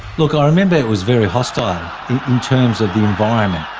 look, i remember it was very hostile in terms of the environment